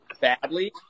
badly